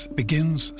begins